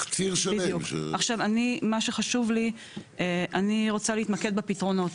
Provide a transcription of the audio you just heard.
אני רוצה להתמקד בפתרונות.